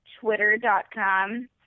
Twitter.com